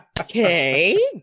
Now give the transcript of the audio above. okay